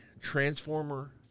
Transformer